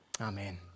Amen